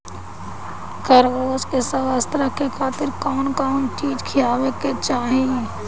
खरगोश के स्वस्थ रखे खातिर कउन कउन चिज खिआवे के चाही?